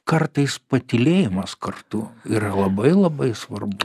kartais patylėjimas kartu yra labai labai svarbu